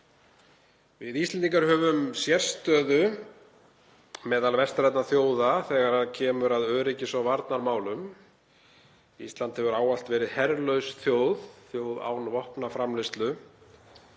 Við Íslendingar höfum sérstöðu meðal vestrænna þjóða þegar kemur að öryggis- og varnarmálum. Ísland hefur ávallt verið herlaus þjóð, þjóð án vopnaframleiðslu,